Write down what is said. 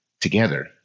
together